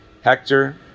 hector